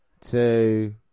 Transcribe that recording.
Two